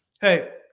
hey